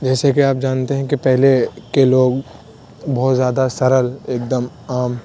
جیسے کہ آپ جانتے ہیں کہ پہلے کے لوگ بہت زیادہ سرل ایک دم عام